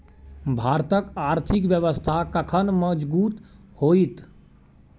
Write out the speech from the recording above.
भारतक आर्थिक व्यवस्था कखन मजगूत होइत?